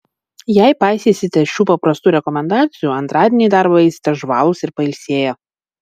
jei paisysite šių paprastų rekomendacijų antradienį į darbą eisite žvalūs ir pailsėję